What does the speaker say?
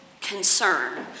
concern